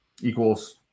equals